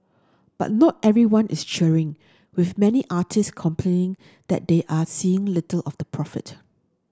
but not everyone is cheering with many artist complaining that they are seeing little of the profit